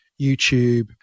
YouTube